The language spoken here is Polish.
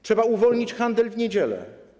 Trzeba uwolnić handel w niedziele.